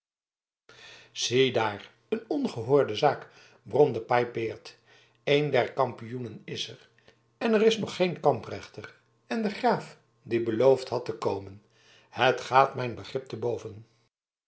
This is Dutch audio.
ziedaar een ongehoorde zaak bromde paypaert een der kampioenen is er en er is nog geen kamprechter en de graaf die beloofd had te komen het gaat mijn begrip te boven